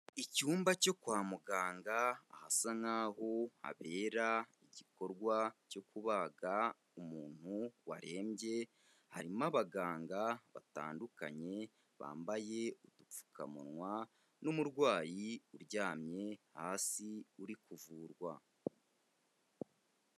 Icyumba cyo kwa muganga hasa nk'aho habera igikorwa cyo kubaga umuntu warembye, harimo abaganga batandukanye, bambaye udupfukamunwa n'umurwayi uryamye hasi uri kuvurwa.